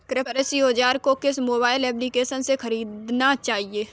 कृषि औज़ार को किस मोबाइल एप्पलीकेशन से ख़रीदना चाहिए?